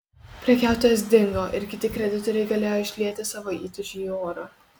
prekiautojas dingo ir kiti kreditoriai galėjo išlieti savo įtūžį į orą